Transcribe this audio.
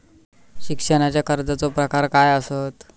शिक्षणाच्या कर्जाचो प्रकार काय आसत?